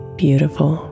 beautiful